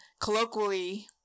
colloquially